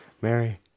Mary